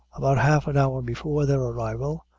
about half an hour before their arrival,